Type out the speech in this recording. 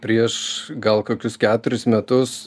prieš gal kokius keturius metus